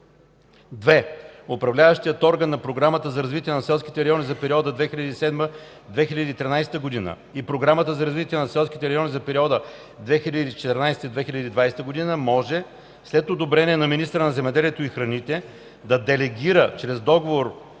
(2) Управляващият орган на Програмата за развитие на селските райони за периода 2007-2013 г. и Програмата за развитие на селските райони за периода 2014-2020 г. може, след одобрение от министъра на земеделието и храните, да делегира чрез договор